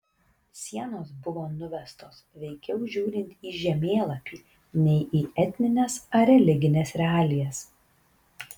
sienos buvo nuvestos veikiau žiūrint į žemėlapį nei į etnines ar religines realijas